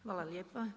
Hvala lijepa.